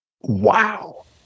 Wow